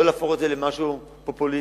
ולא להפוך את זה למשהו פופוליסטי,